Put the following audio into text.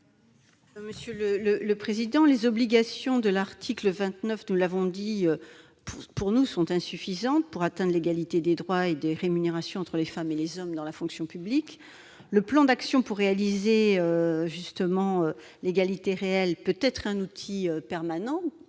Mme Laurence Cohen. Les obligations de l'article 29, nous l'avons souligné, sont largement insuffisantes pour atteindre l'égalité des droits et des rémunérations entre les femmes et les hommes dans la fonction publique. Le plan d'action pour réaliser l'égalité réelle peut être un outil pertinent